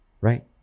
right